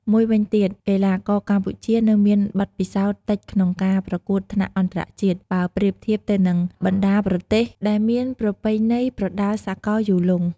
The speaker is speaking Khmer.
មួយវិញទៀត កីឡាករកម្ពុជានៅមានបទពិសោធន៍តិចក្នុងការប្រកួតថ្នាក់អន្តរជាតិ បើប្រៀបធៀបទៅនឹងបណ្តាប្រទេសដែលមានប្រពៃណីប្រដាល់សកលយូរលង់។